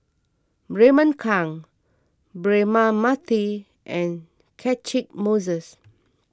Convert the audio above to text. Raymond Kang Braema Mathi and Catchick Moses